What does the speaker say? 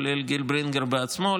כולל גיל ברינגר בעצמו,